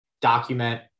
document